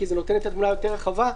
כי זה נותן את התמונה היותר רחבה,